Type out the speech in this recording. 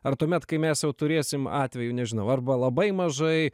ar tuomet kai mes jau turėsim atvejų nežinau arba labai mažai